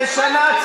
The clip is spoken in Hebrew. ושנה,